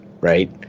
right